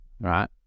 Right